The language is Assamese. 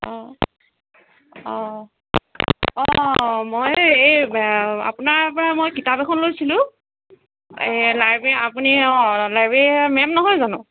অঁ অঁ অঁ মই এই আপোনাৰ পৰা কিতাপ এখন লৈছিলো লাইব্ৰেৰী আপুনি অঁ লাইব্ৰেৰীৰ এই মে'ম নহয় জানো